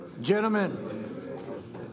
Gentlemen